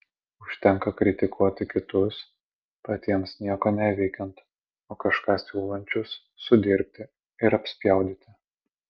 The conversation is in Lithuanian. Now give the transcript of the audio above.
užtenka kritikuoti kitus patiems nieko neveikiant o kažką siūlančius sudirbti ir apspjaudyti